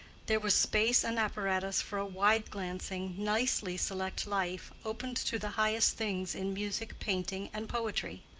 there was space and apparatus for a wide-glancing, nicely-select life, opened to the highest things in music, painting and poetry.